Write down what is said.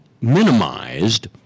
minimized